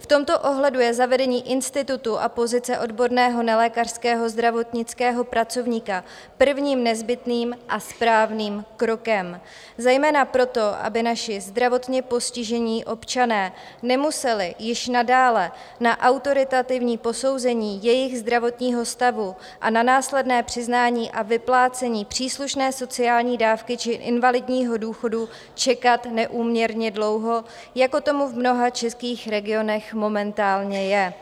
V tomto ohledu je zavedení institutu a pozice odborného nelékařského zdravotnického pracovníka prvním nezbytným a správným krokem zejména proto, aby naši zdravotně postižení občané nemuseli již nadále na autoritativní posouzení jejich zdravotního stavu a na následné přiznání a vyplácení příslušné sociální dávky či invalidního důchodu čekat neúměrně dlouho, jako tomu v mnoha českých regionech momentálně je.